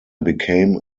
became